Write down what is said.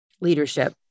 leadership